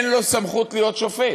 אין לו סמכות להיות שופט,